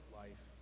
life